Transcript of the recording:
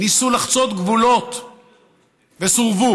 ניסו לחצות גבולות וסורבו.